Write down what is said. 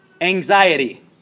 anxiety